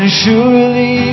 surely